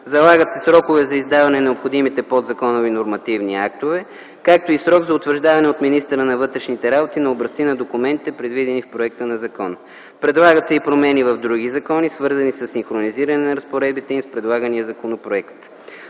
Залагат се срокове за издаване на необходимите подзаконови нормативни актове, както и срок за утвърждаване от министъра на вътрешните работи на образци на документите, предвидени в законопроекта. Предлагат се и промени в други закони, свързани със синхронизиране на разпоредбите им с предлагания законопроект.